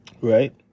Right